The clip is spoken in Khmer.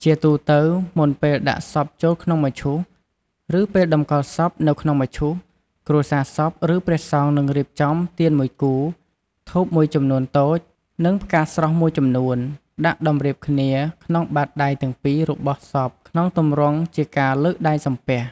ជាទូទៅ មុនពេលដាក់សពចូលមឈូស ឬពេលតម្កល់សពនៅក្នុងមឈូស គ្រួសារសព ឬព្រះសង្ឃ នឹងរៀបចំ ទៀនមួយគូ ធូបមួយចំនួនតូច និង ផ្កាស្រស់មួយចំនួន ដាក់តម្រៀបគ្នាក្នុងបាតដៃទាំងពីររបស់សពក្នុងទម្រង់ជាការលើកដៃសំពះ។